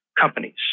companies